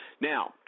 Now